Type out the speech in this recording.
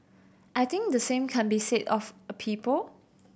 I think the same can be said of a people